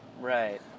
Right